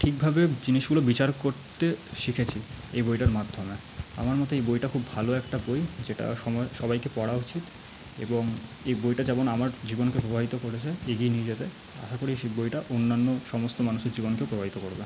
ঠিকভাবে জিনিসগুলো বিচার করতে শিখেছি এই বইটার মাধ্যমে আমার মতে এই বইটা খুব ভালো একটা বই যেটা সবাইকে পড়া উচিত এবং এই বইটা যেমন আমার জীবনকে প্রভাবিত করেছে এগিয়ে নিয়ে যেতে আশা করি এই বইটা অন্যান্য সমস্ত মানুষের জীবনকেও প্রভাবিত করবে